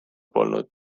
polnud